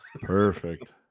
Perfect